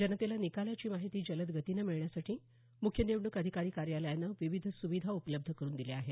जनतेला निकालाची माहिती जलदगतीने मिळण्यासाठी मुख्य निवडणूक अधिकारी कार्यालयानं विविध सुविधा उपलब्ध करुन दिल्या आहेत